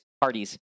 parties